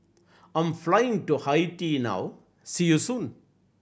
I'm flying to Haiti now see you soon